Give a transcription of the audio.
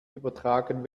übertragen